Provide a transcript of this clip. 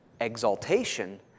exaltation